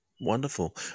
Wonderful